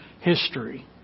history